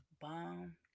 bomb